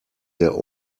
der